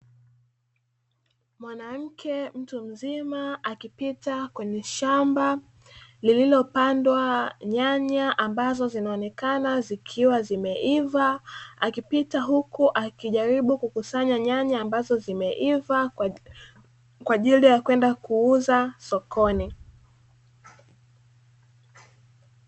Mwanamke mtu mzima akipita kwenye shamba lililopandwa nyanya ambazo zinaoneka zikiwa zimeiva, akipita huku akijaribu kukusanya nyanya ambazo zimeiva, kwa ajili ya kwenda kuuza sokoni.